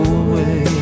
away